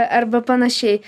arba panašiai